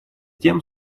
тем